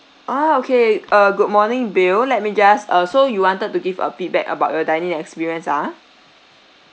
oh okay uh good morning bill let me just uh so you wanted to give a feedback about your dining experience ah